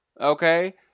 Okay